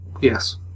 Yes